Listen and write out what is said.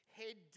head